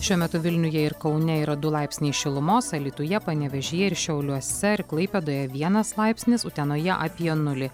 šiuo metu vilniuje ir kaune yra du laipsniai šilumos alytuje panevėžyje ir šiauliuose ir klaipėdoje vienas laipsnis utenoje apie nulį